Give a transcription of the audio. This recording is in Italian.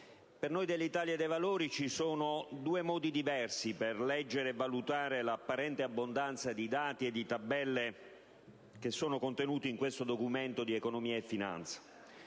per noi dell'Italia dei Valori ci sono due modi diversi per leggere e valutare l'apparente abbondanza di dati e di tabelle contenute in questo Documento di economia e finanza.